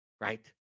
right